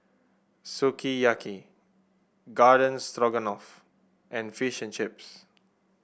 Sukiyaki Garden Stroganoff and Fish and Chips